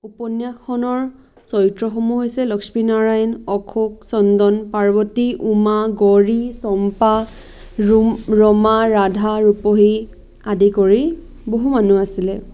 উপন্যাসখনৰ চৰিত্ৰসমূহ হৈছে লক্ষ্মী নাৰায়ণ অশোক চন্দন পাবৰ্তী উমা গৌৰী চম্পা ৰম ৰমা ৰাধা ৰূপহী আদি কৰি বহু মানুহ আছিলে